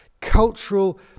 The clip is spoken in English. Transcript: cultural